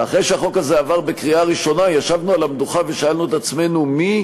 ואחרי שהחוק הזה עבר בקריאה ראשונה ישבנו על המדוכה ושאלנו את עצמנו מי